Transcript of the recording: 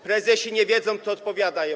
Prezesi nie wiedzą, kto odpowiada.